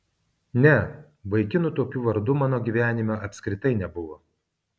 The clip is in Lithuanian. ne vaikinų tokiu vardu mano gyvenime apskritai nebuvo